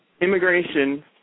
immigration